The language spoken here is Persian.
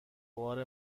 بار